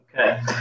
Okay